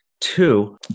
Two